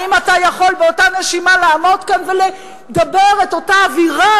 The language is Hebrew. האם אתה יכול באותה נשימה לעמוד כאן ולדבר את אותה אווירה,